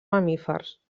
mamífers